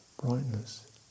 brightness